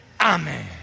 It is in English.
Amen